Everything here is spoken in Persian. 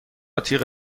تیغ